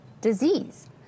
disease